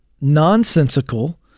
nonsensical